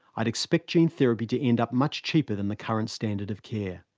i'd expect gene therapy to end up much cheaper than the current standard of care.